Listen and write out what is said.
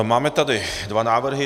Máme tady dva návrhy.